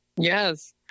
Yes